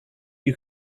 you